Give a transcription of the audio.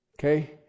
Okay